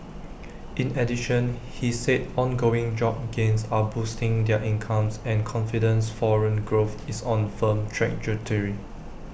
in addition he said ongoing job gains are boosting their incomes and confidence foreign growth is on A firm trajectory